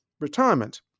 retirement